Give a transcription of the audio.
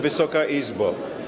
Wysoka Izbo!